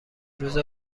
روز